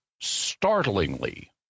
startlingly